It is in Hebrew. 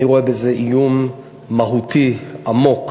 אני רואה בזה איום מהותי עמוק,